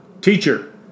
Teacher